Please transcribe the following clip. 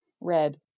Red